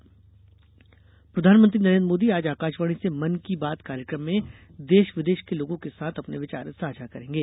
मन की बात प्रधानमंत्री नरेन्द्र मोदी आज आकाशवाणी से मन की बात कार्यक्रम में देश विदेश के लोगों के साथ अपने विचार साझा करेंगे